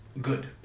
good